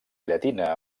llatina